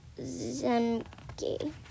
Zemke